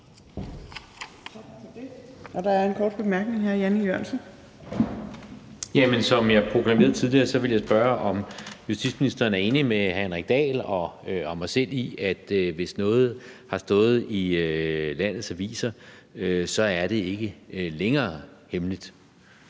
Og der er en kort bemærkning. Hr. Jan E. Jørgensen. Kl. 20:05 Jan E. Jørgensen (V): Som jeg har proklameret tidligere, vil jeg spørge, om justitsministeren er enig med hr. Henrik Dahl og mig selv i, at hvis noget har stået i landets aviser, så er det ikke længere hemmeligt